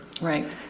Right